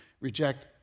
reject